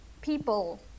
people